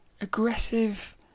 aggressive